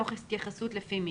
תוך התייחסות לפי מין.